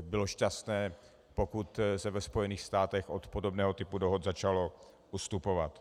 bylo šťastné, pokud se ve Spojených státech od podobného typu dohod začalo ustupovat.